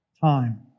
time